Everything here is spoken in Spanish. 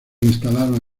instalaron